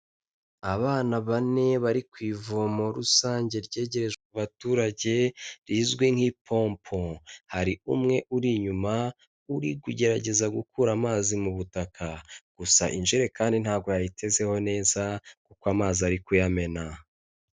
Abana bane bari ku ivomo rusange ryegerejwe baturage rizwi nk'ipompo. Hari umwe uri inyuma, uri kugerageza gukura amazi mu butaka. Gusa injerekani ntabwo yayitezeho neza kuko amazi ari kuyamena.